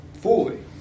fully